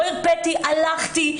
הלכתי,